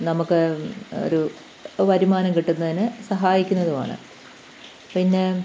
നമുക്ക് ഒരു വരുമാനം കിട്ടുന്നതിനു സഹിക്കുന്നതുമാണ് പിന്നെ